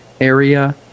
area